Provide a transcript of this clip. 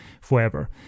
forever